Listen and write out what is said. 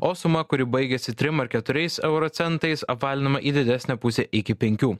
o suma kuri baigiasi trim ar keturiais euro centais apvalinama į didesnę pusę iki penkių